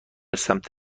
سمت